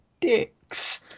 dicks